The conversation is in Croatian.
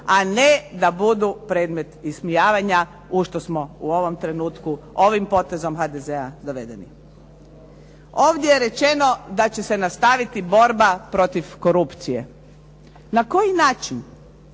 a ne da budu predmet ismijavanja, u što smo u ovom trenutku ovim potezom HDZ-a dovedeni. Ovdje je rečeno da će se nastaviti borba protiv korupcije. Na koji način?